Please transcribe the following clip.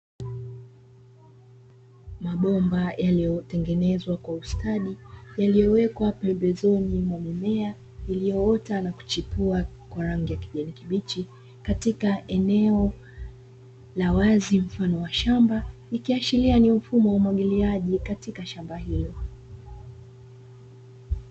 Mabomba yaliyotengenezwa kwa ustadi yaliyowekwa pembezoni mwa mimea iliyoota na kuchipua kwa rangi ya kijani kibichi katika eneo la wazi mfano wa shamba, ikiashiria ni mfumo wa umwagiliaji katika shamba hilo.